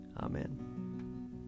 Amen